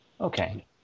Okay